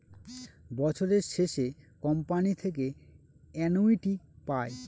বছরের শেষে কোম্পানি থেকে অ্যানুইটি পায়